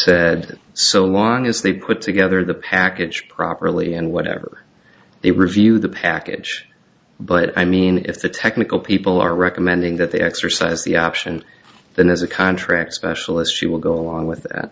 that so long as they put together the package properly and whatever they review the package but i mean if the technical people are recommending that they exercise the option then as a contract specialist she will go along with that